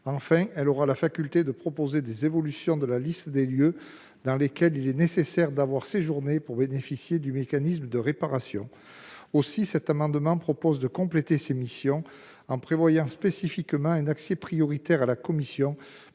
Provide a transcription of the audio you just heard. Enfin, elle aura la faculté de proposer des évolutions de la liste des lieux dans lesquels il est nécessaire d'avoir séjourné pour bénéficier du mécanisme de réparation. Cet amendement vise à compléter ces missions, en prévoyant spécifiquement un accès prioritaire à la commission